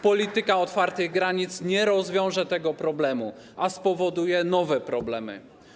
Polityka otwartych granic nie rozwiąże tego problemu, a spowoduje nowe problemy.